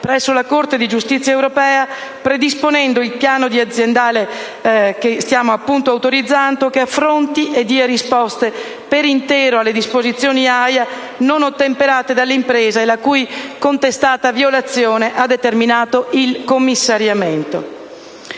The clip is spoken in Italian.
presso la Corte di giustizia europea, predisponendo il piano aziendale che stiamo appunto autorizzando, che affronti e dia risposte per intero alle disposizioni AIA non ottemperate dalle imprese e la cui contestata violazione ha determinato il commissariamento.